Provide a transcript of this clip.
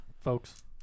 folks